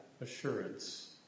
assurance